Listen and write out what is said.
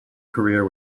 career